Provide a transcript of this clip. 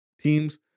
teams